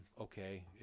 Okay